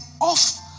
off